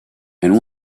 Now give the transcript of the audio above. and